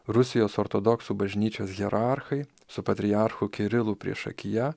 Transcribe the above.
rusijos ortodoksų bažnyčios hierarchai su patriarchu kirilu priešakyje